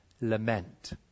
lament